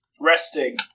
Resting